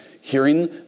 hearing